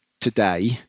today